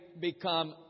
become